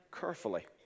carefully